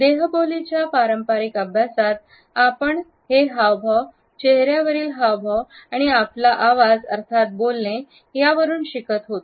देहबोली च्या पारंपारिक अभ्यासात आपण पण हे हावभाव चेहऱ्यावरील हावभाव आणि आपला आवाज अर्थात बोलणे यावरून शिकत होतो